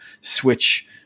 switch